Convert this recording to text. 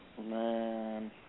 Man